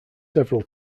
several